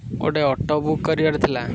ଗୋଟେ auto book କରିବାର ଥିଲା